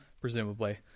presumably